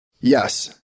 Yes